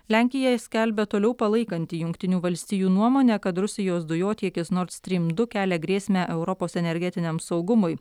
lenkija skelbia toliau palaikanti jungtinių valstijų nuomonę kad rusijos dujotiekis nord strym du kelia grėsmę europos energetiniam saugumui